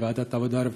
בוועדת העבודה,